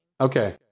okay